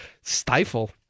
stifle